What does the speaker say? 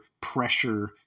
pressure